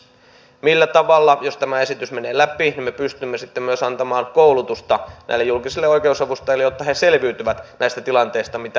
millä tavalla jos tämä esitys menee läpi me pystymme sitten myös antamaan koulutusta näille julkisille oikeusavustajille jotta he selviytyvät näistä tilanteista mitä eteen tulee